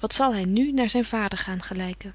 wat zal hy nu naar zyn vader gaan gelyken